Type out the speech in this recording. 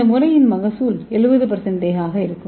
இந்த முறையின் மகசூல் 70 ஆக இருக்கும்